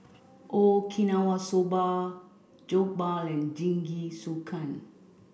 Okinawa Soba Jokbal and Jingisukan